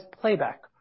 playback